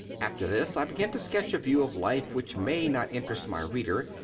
after this i begin to sketch a view of life which may not interest my reader,